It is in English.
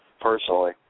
personally